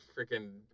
freaking